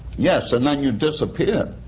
yes, and then you disappear.